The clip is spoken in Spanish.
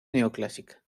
neoclásica